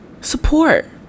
support